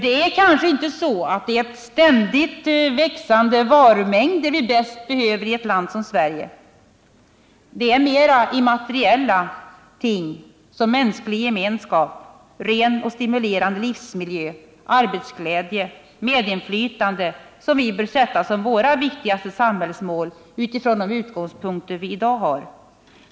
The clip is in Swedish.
Det är kanske inte ständigt växande varumängder vi bäst behöver i ett land som Sverige. Det är mera immateriella ting som mänsklig gemenskap, ren och stimulerande livsmiljö, arbetsglädje och medinflytande som vi bör sätta som våra viktigaste samhällsmål från de utgångspunkter vi i dag har.